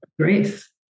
grace